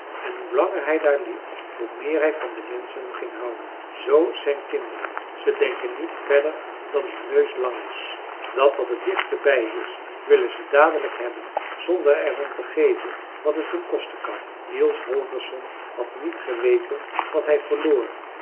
en hoe langer hij daar liep hoe meer hij van de menschen ging houden zoo zijn kinderen ze denken niet verder dan hun neus lang is dat wat het dichtste bij is willen ze dadelijk hebben zonder er om te geven wat het hun kosten kan niels holgersson had niet geweten wat hij verloor